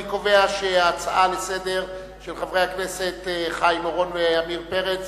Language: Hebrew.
אני קובע שההצעות לסדר-היום של חברי הכנסת חיים אורון ועמיר פרץ